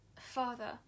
father